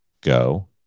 go